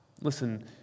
Listen